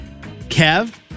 Kev